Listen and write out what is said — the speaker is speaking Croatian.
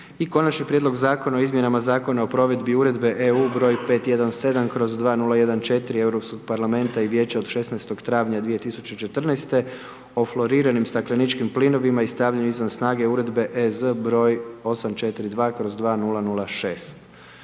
i Konačni prijedlog Zakona o izmjenama Zakona o provedbi Uredbe EU broj 517/2014 Europskog parlamenta i Vijeća od 16. travanja 2014. o fluoriranim stakleničkim plinovima i stavljanje izvan snahe Uredbe EZ broj 842/2006.